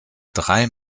drei